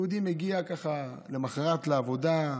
יהודי מגיע ככה למוחרת לעבודה,